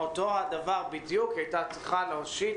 אותו דבר בדיוק היא הייתה צריכה להושיט